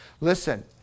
Listen